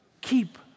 keep